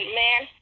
man